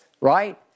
Right